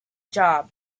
job